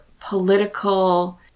political